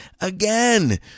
again